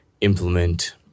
implement